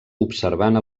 observant